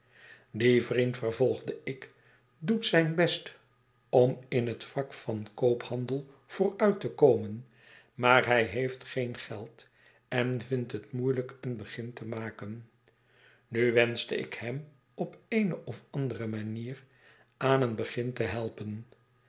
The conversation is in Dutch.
die vriend vervolgde ik doet zijn best om in het vak van koophandel vooruit te komen maar hij heeft geen geld en vindt het moeielijk een begin te maken nu wenschte ik hem op eene of andere manier aan een begin te helpen